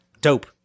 Dope